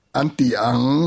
antiang